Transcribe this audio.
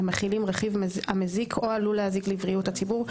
המכילים רכיב המזיק או העלול להזיק לבריאות הציבור,